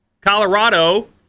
Colorado